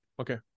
Okay